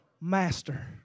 master